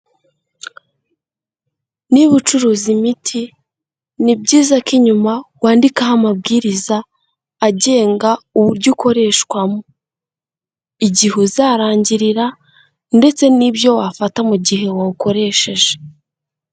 Niba ucuruza imiti, ni byiza ko inyuma wandikaho amabwiriza agenga uburyo ukoreshwamo, igihe uzarangirira ndetse n'ibyo wafata mu gihe wawukoresheje.